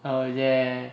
ah yeah